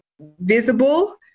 visible